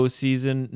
season